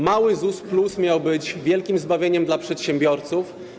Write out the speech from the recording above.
Mały ZUS+ miał być wielkim zbawieniem dla przedsiębiorców.